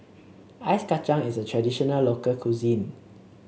Ice Kachang is a traditional local cuisine